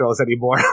anymore